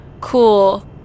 Cool